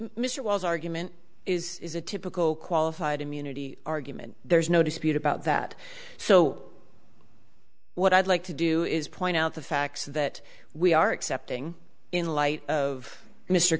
wells argument is a typical qualified immunity argument there's no dispute about that so what i'd like to do is point out the facts that we are accepting in light of mr